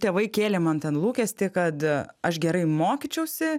tėvai kėlė man ten lūkestį kad aš gerai mokyčiausi